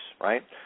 right